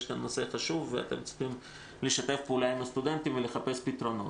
יש כאן נושא חשוב ואתם צריכים לשתף פעולה עם הסטודנטים ולחפש פתרונות.